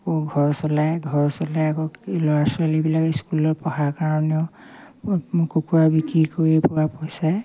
আকৌ ঘৰ চলাই ঘৰ চলাই আকৌ ল'ৰা ছোৱালীবিলাক স্কুলত পঢ়াৰ কাৰণেও কুকুৰা বিক্ৰী কৰি পোৱা পইচাৰে